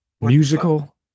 Musical